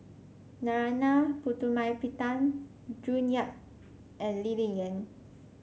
Narana Putumaippittan June Yap and Lee Ling Yen